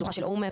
שלוחה של אופ,